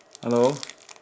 hello